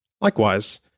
Likewise